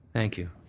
thank you.